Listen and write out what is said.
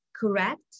correct